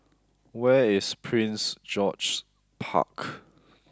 where is Prince George's Park